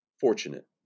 fortunate